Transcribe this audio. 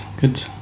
good